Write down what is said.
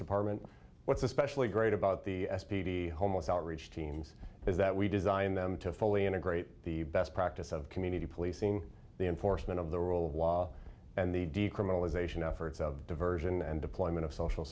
department what's especially great about the s t d homeless outreach teams is that we designed them to fully integrate the best practice of community policing the enforcement of the rule of law and the decriminalization efforts of diversion and deployment of social